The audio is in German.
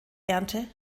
ernte